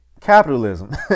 capitalism